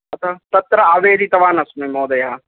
अतः तत्र आवेदितवानस्मि महोदयः